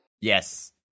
Yes